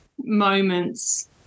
moments